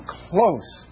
close